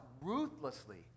ruthlessly